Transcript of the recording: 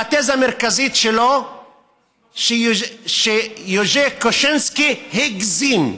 התזה המרכזית שלו שיז'י קושינסקי הגזים,